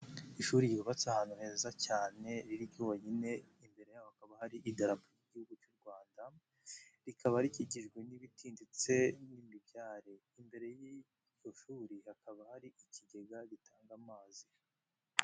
Ishuri ryubatse ahantu heza cyane riri ryonyine, imbere yaho hakaba hari idarapo ry'Igihugu cy'u Rwanda, rikaba rikikijwe n'ibiti ndetse n'imibyare, imbere y'iryo shuri hakaba hari ikigega gitanga amazi.